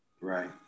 Right